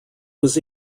was